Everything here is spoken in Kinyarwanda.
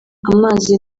amazi